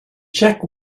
check